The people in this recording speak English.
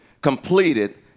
completed